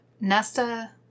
Nesta